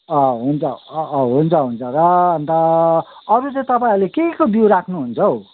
अँ हुन्छ अँ अँ हुन्छ हुन्छ र अन्त अरू चाहिँ तपाईँहरूले के के को बिउ राख्नुहुन्छ हौ